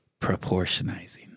Proportionizing